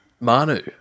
Manu